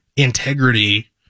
integrity